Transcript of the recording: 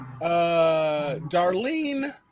Darlene